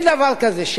מה זה, לא התכוונת?